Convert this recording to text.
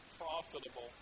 profitable